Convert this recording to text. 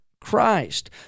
Christ